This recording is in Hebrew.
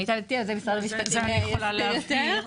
למיטב ידיעתי, משרד המשפטים יכול להבהיר.